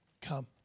Come